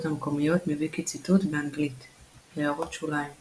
המקומיות מויקיציטוט באנגלית == הערות שוליים ==